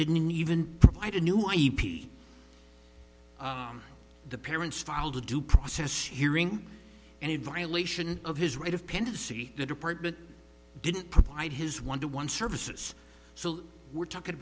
didn't even provide a new e p the parents filed a due process hearing and a violation of his right of pendency the department didn't provide his one to one services so we're talking